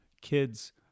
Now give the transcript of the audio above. kids